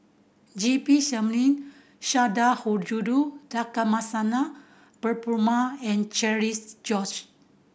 G P Selvam Sundarajulu Lakshmana Perumal and Cherian George